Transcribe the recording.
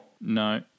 No